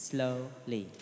Slowly